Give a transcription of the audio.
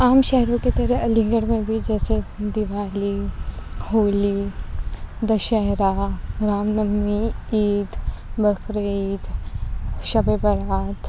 عام شہروں کی طرح علی گڑھ میں بھی جیسے دیوالی ہولی دشہرہ رام نومی عید بقرعید شب برأت